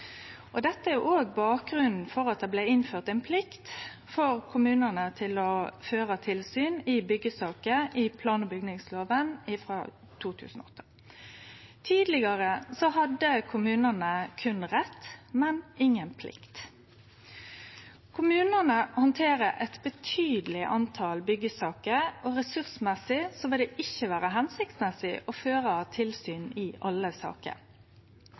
Dette er òg bakgrunnen for at det blei innført ei plikt for kommunane til å føre tilsyn i byggesaker i plan- og bygningsloven frå 2008. Tidlegare hadde kommunane berre rett, men inga plikt. Kommunane handterer eit betydeleg antal byggesaker, og ressursmessig vil det ikkje vere hensiktsmessig å føre tilsyn i alle saker.